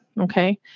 okay